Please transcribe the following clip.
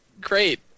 great